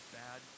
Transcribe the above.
bad